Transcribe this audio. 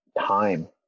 time